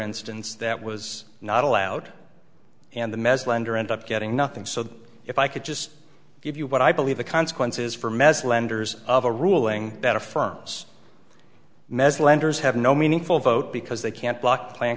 instance that was not allowed and the mess lender end up getting nothing so if i could just give you what i believe the consequences from as lenders of a ruling that affirms mez lenders have no meaningful vote because they can't block plan